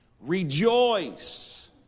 rejoice